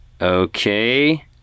Okay